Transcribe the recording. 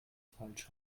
falsch